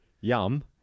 Yum